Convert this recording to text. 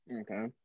okay